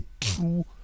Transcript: true